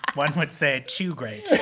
one would say too great.